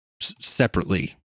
separately